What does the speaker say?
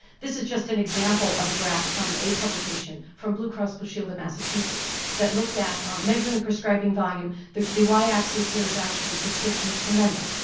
this is just an example of a graph from a publication from blue cross blue but shield of massachusets that looked at measuring prescribing volume, the the y axis here is actually prescriptions per member,